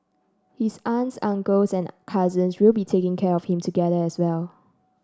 his aunts uncles and cousins will be taking care of him together as well